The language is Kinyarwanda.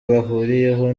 bahuriyeho